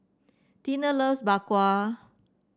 Tinie loves Bak Kwa